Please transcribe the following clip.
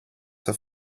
have